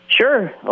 Sure